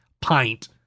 pint